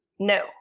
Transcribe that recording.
No